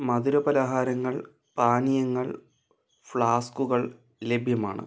മധുര പലഹാരങ്ങൾ പാനീയങ്ങൾ ഫ്ലാസ്കുകൾ ലഭ്യമാണ്